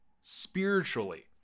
Spiritually